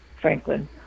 Franklin